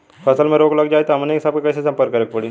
फसल में रोग लग जाई त हमनी सब कैसे संपर्क करें के पड़ी?